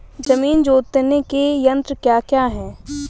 जमीन जोतने के यंत्र क्या क्या हैं?